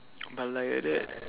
but like that